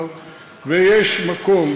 ויש מקום,